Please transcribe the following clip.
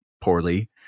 poorly